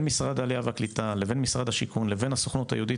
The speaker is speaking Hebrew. משרד העלייה והקליטה לבין משרד השיכון לבין הסוכנות היהודית